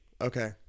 Okay